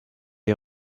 est